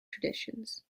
traditions